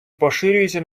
поширюється